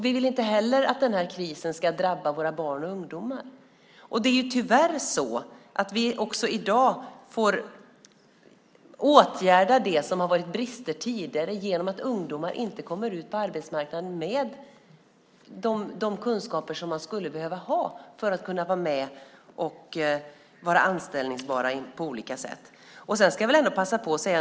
Vi vill inte heller att krisen ska drabba våra barn och ungdomar. Det är tyvärr så att vi också i dag får åtgärda det som varit brister tidigare genom att ungdomar inte kommer ut på arbetsmarknaden med de kunskaper som de skulle behöva ha för att kunna vara med och vara anställningsbara på olika sätt.